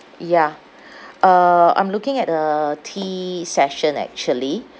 ya uh I'm looking at a tea session actually